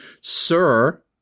sir